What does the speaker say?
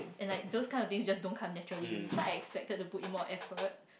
and like those kind of things just don't come naturally to me so I expected to put in more effort